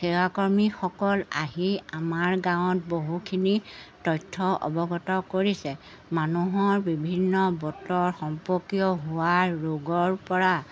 সেৱাকৰ্মীসকল আহি আমাৰ গাঁৱত বহুখিনি তথ্য অৱগত কৰিছে মানুহৰ বিভিন্ন বতৰ সম্পৰ্কীয় হোৱা ৰোগৰপৰা